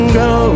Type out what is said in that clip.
go